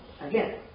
Again